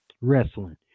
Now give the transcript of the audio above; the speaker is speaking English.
wrestling